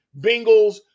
Bengals